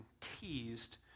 teased